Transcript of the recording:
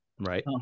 Right